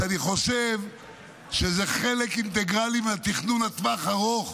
שאני חושב שזה חלק אינטגרלי מהתכנון לטווח ארוך,